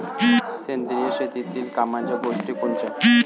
सेंद्रिय शेतीतले कामाच्या गोष्टी कोनच्या?